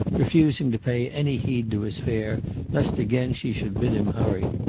refusing to pay any heed to his fare lest again she should bid him hurry.